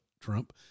Trump